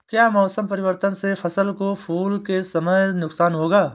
क्या मौसम परिवर्तन से फसल को फूल के समय नुकसान होगा?